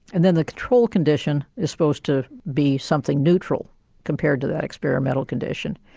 and then the control condition is supposed to be something neutral compared to that experimental condition.